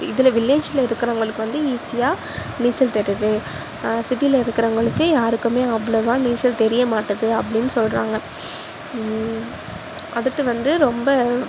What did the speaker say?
இதில் வில்லேஜில் இருக்கிறவுங்களுக்கு வந்து ஈசியாக நீச்சல் தெரியுது சிட்டியில் இருக்கிறவுங்களுக்கு யாருக்குமே அவ்வளவாக நீச்சல் தெரியமாட்டது அப்படின்னு சொல்கிறாங்க அடுத்து வந்து ரொம்ப